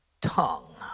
tongue